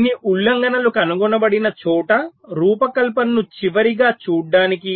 కొన్ని ఉల్లంఘనలు కనుగొనబడిన చోట రూపకల్పనను చివరిగా చూడటానికి